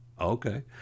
okay